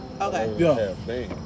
Okay